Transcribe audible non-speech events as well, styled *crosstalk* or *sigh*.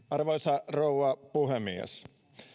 *unintelligible* arvoisa rouva puhemies